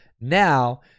now